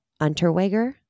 Unterweger